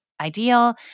ideal